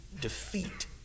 defeat